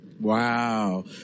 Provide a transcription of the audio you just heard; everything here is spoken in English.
Wow